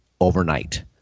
overnight